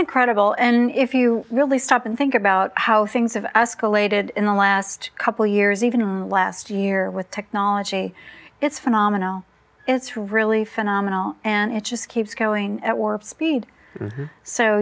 incredible and if you really stop and think about how things have escalated in the last couple years even last year with technology it's phenomenal it's really phenomenal and it just keeps going at warp speed so